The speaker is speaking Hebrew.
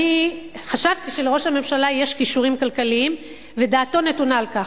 אני חשבתי שלראש הממשלה יש כישורים כלכליים ודעתו נתונה לכך.